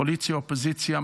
קואליציה ואופוזיציה,